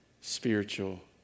spiritual